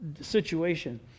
situation